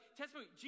testimony